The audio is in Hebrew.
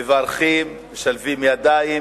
מברכים, משלבים ידיים,